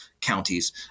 counties